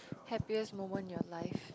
happiest moment in your life